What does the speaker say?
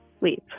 leave